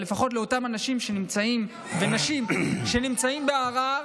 אבל לפחות לאותם אנשים ונשים שנמצאים בערר,